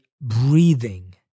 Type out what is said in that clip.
breathing